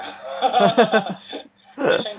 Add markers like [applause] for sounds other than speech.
[laughs]